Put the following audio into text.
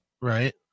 Right